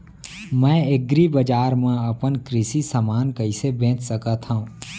मैं एग्रीबजार मा अपन कृषि समान कइसे बेच सकत हव?